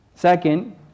Second